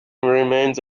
remains